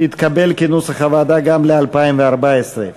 סעיף 78, פיתוח תיירות, לשנת התקציב 2013,